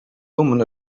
woman